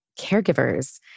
caregivers